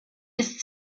ist